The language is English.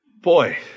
boy